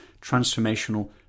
transformational